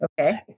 Okay